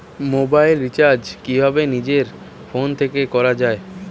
Mobile recharge কিভাবে নিজের phone থেকে করা য়ায়?